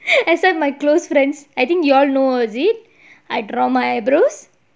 except my close friends I think you all know a bit I draw my eyebrows